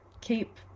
keep